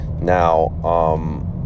Now